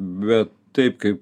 bet taip kaip